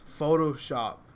Photoshop